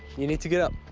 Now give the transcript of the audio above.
you need to get up.